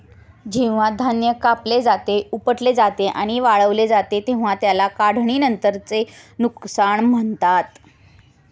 जेव्हा धान्य कापले जाते, उपटले जाते आणि वाळवले जाते तेव्हा त्याला काढणीनंतरचे नुकसान म्हणतात